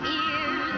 ears